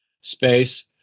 space